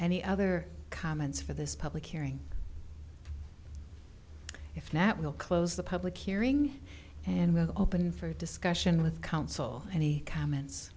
any other comments for this public hearing if that will close the public hearing and will open for discussion with counsel any comments